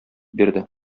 бирде